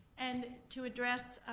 and to address,